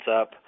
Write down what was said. up